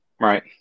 Right